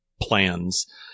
plans